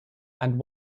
and